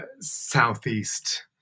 southeast